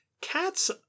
Cats